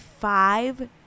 five